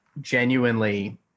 genuinely